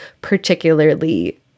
particularly